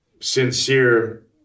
sincere